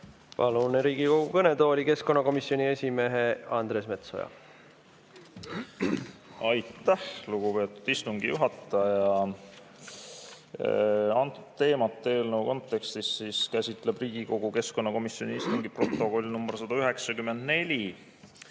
Palun Riigikogu kõnetooli keskkonnakomisjoni esimehe Andres Metsoja. Aitäh, lugupeetud istungi juhataja! Antud teemat eelnõu kontekstis käsitleb Riigikogu keskkonnakomisjoni istungi protokoll nr 194.Ma